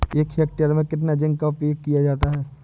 एक हेक्टेयर में कितना जिंक का उपयोग किया जाता है?